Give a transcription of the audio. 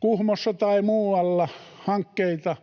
Kuhmossa tai muualla hankkeita,